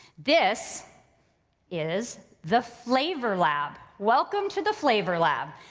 this is the flavor lab, welcome to the flavor lab.